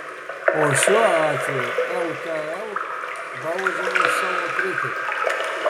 o šiuo atveju lkl baudžia už savo kritiką